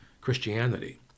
Christianity